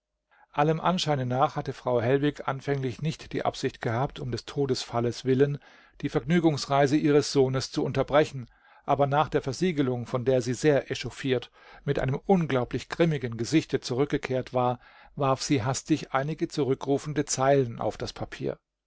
allem anscheine nach hatte frau hellwig anfänglich nicht die absicht gehabt um des todesfalles willen die vergnügungsreise ihres sohnes zu unterbrechen aber nach der versiegelung von der sie sehr echauffiert mit einem unglaublich grimmigen gesichte zurückgekehrt war warf sie hastig einige zurückrufende zeilen auf das papier